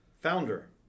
Founder